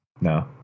No